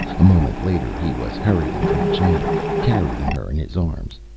a moment later he was hurrying from the chamber, carrying her in his arms.